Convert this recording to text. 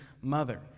mother